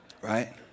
Right